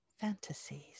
fantasies